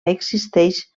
existeix